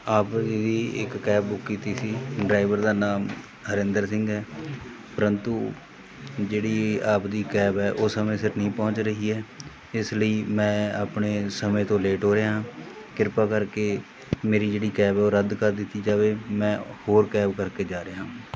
ਆਪ ਜੀ ਦੀ ਇੱਕ ਕੈਬ ਬੁੱਕ ਕੀਤੀ ਸੀ ਡਰਾਈਵਰ ਦਾ ਨਾਮ ਹਰਿੰਦਰ ਸਿੰਘ ਹੈ ਪਰੰਤੂ ਜਿਹੜੀ ਆਪਦੀ ਕੈਬ ਹੈ ਉਹ ਸਮੇਂ ਸਿਰ ਨਹੀਂ ਪਹੁੰਚ ਰਹੀ ਹੈ ਇਸ ਲਈ ਮੈਂ ਆਪਣੇ ਸਮੇਂ ਤੋਂ ਲੇਟ ਹੋ ਰਿਹਾਂ ਕਿਰਪਾ ਕਰਕੇ ਮੇਰੀ ਜਿਹੜੀ ਕੈਬ ਹੈ ਉਹ ਰੱਦ ਕਰ ਦਿੱਤੀ ਜਾਵੇ ਮੈਂ ਹੋਰ ਕੈਬ ਕਰਕੇ ਜਾ ਰਿਹਾਂ